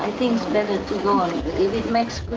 and think it's better to go on, if it makes